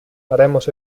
haremos